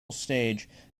stage